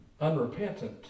unrepentant